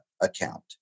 account